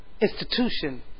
institution